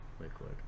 liquid